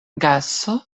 gaso